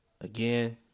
Again